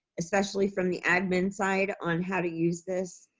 especially from the admin side on how to use this.